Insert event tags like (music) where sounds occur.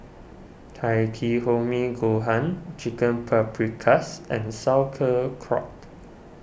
Takikomi Gohan Chicken Paprikas and (unintelligible)